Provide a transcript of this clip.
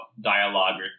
dialogue